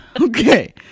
Okay